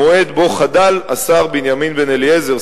המועד שבו חדל השר בנימין בן-אליעזר,